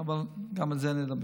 אבל גם על זה נדבר.